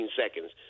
seconds